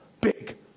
Big